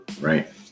right